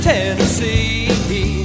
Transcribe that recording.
Tennessee